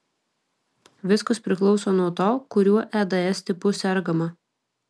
viskas priklauso nuo to kuriuo eds tipu sergama